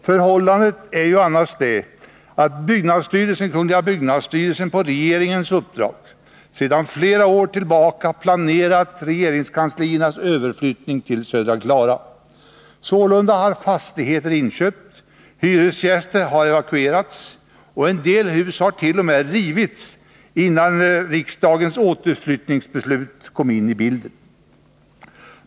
Förhållandet är annars det, att byggnadsstyrelsen på regeringens uppdrag sedan flera år tillbaka planerat regeringskansliernas överflyttning till södra Klara. Sålunda hade fastigheter inköpts, hyresgäster evakuerats och en del hust.o.m. rivits innan riksdagens återflyttningsbeslut kom in i bilden.